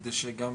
וכדי שגם